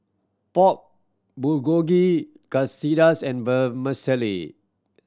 Pork Bulgogi Quesadillas and Vermicelli